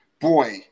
boy